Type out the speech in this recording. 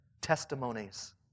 Testimonies